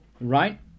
right